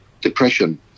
depression